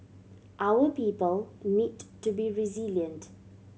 our people need to be resilient